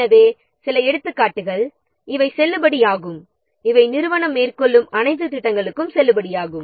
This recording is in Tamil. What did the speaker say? எனவே சில எடுத்துக்காட்டுகள் செல்லுபடியாகும் மற்றும் இவை நிறுவனம் மேற்கொள்ளும் அனைத்து திட்டங்களுக்கும் செல்லுபடியாகும்